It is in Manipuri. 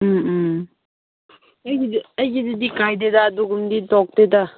ꯎꯝ ꯎꯝ ꯑꯩꯒꯤꯗꯨꯗꯤ ꯀꯥꯏꯗꯦꯗ ꯑꯗꯨꯒꯨꯝꯕꯗꯤ ꯇꯣꯛꯇꯦꯗ